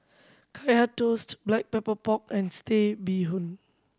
Kaya Toast Black Pepper Pork and Satay Bee Hoon